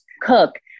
cook